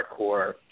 hardcore